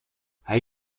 hij